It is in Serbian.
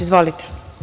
Izvolite.